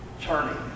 turning